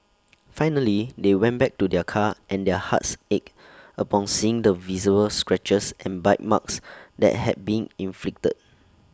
finally they went back to their car and their hearts ached upon seeing the visible scratches and bite marks that had been inflicted